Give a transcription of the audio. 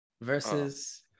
versus